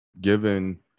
Given